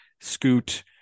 Scoot